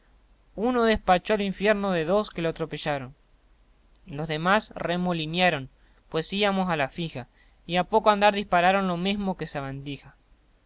uno despachó al infierno de dos que lo atropellaron los demás remoliniaron pues íbamos a la fija y a poco andar dispararon lo mesmo que sabandija